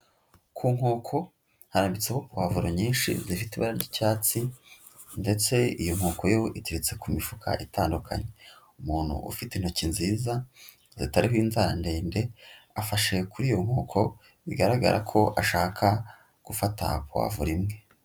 Ku nkoko hanitseho pavuro nyinshi zifite ibara ry'icyatsi ndetse iyi nkoko yo itetse ku mifuka itandukanye, umuntu ufite intoki nziza zitariho inzara ndende afashe kuriyo nkoko bigaragara ko ashaka gufata pavuro imwe.